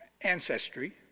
ancestry